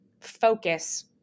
focus